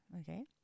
Okay